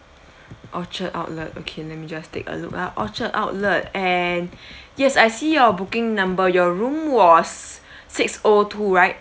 orchard outlet okay let me just take a look ah orchard outlet and yes I see your booking number your room was six O two right